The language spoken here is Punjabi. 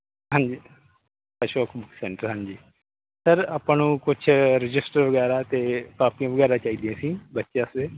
ਹਾਂਜੀ ਅਸ਼ੋਕ ਕੁਮਾਰ ਸੈਂਟਰ ਹਾਂਜੀ ਸਰ ਆਪਾਂ ਨੂੰ ਕੁਛ ਰਜਿਸਟਰ ਵਗੈਰਾ ਅਤੇ ਕਾਪੀਆਂ ਵਗੈਰਾ ਚਾਹੀਦੀਆਂ ਸੀ ਬੱਚੇ ਵਾਸਤੇ